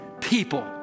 people